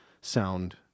sound